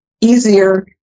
easier